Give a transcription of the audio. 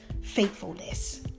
faithfulness